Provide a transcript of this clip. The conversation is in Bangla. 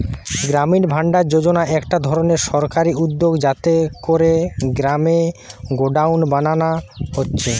গ্রামীণ ভাণ্ডার যোজনা একটা ধরণের সরকারি উদ্যগ যাতে কোরে গ্রামে গোডাউন বানানা হচ্ছে